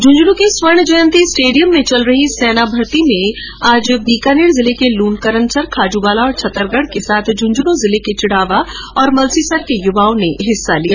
झुन्झुनू के स्वर्ण जयन्ती स्टेडियम में चल रही सेना भर्ती में आज बीकानेर जिले के लूणकरणसर खाजूवाला और छतरगढ़ के साथ झुन्झुनूं जिले के चिड़ावा और मलसीसर के युवाओं ने हिस्सा लिया